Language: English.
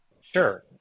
Sure